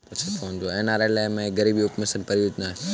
NRLM एक गरीबी उपशमन परियोजना है